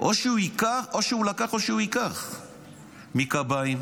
יצאו מבית החולים,